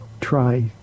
try